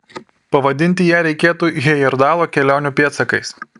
pavadinti ją reikėtų hejerdalo kelionių pėdsakais